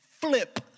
flip